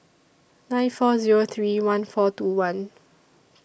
nine four Zero three one four two one